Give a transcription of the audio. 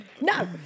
No